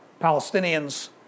Palestinians